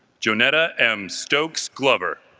jonetta m. stokes glover